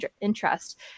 interest